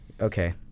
Okay